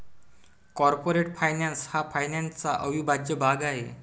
corporate finance हा फायनान्सचा अविभाज्य भाग आहे